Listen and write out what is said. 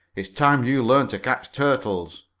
it's time you learned to catch turtles.